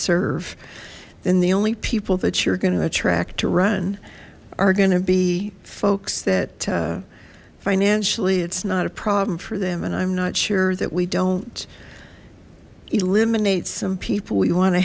serve then the only people that you're going to attract to run are going to be folks that financially it's not a problem for them and i'm not sure that we don't eliminate some people you want to